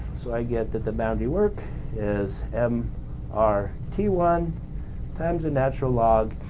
so, i get that the boundary work is m r t one times the natural log.